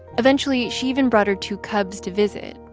eventually, she even brought her two cubs to visit,